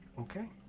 Okay